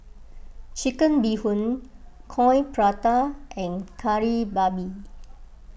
Chicken Bee Hoon Coin Prata and Kari Babi